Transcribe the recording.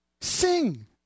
Sing